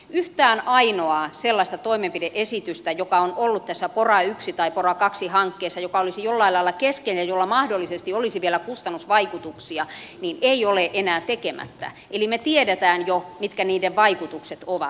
yhtään ainoaa sellaista toimenpide esitystä joka on ollut tässä pora i tai pora ii hankkeessa joka olisi jollain lailla keskeinen ja jolla mahdollisesti olisi vielä kustannusvaikutuksia ei ole enää tekemättä eli me tiedämme jo mitkä niiden vaikutukset ovat